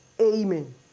Amen